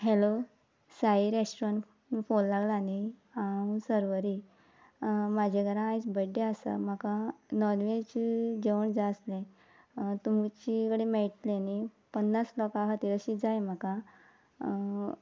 hello Sai restaurant phone लागला न्ही हांव सर्वरी म्हज्या घरान आयज बड्डे आसा म्हाका नॉनवेज जेवण जाय आसलें तुमची कडेन मेळटलें न्ही पन्नास लोकां खातीर अशें जाय म्हाका